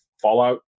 Fallout